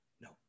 No